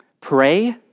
pray